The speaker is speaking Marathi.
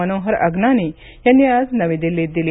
मनोहर अगनानी यांनी आज नवी दिल्लीत दिली